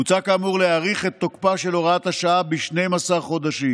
מוצע כאמור להאריך את תוקפה של הוראת השעה ב-12 חודשים.